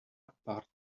apartment